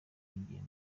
nkengero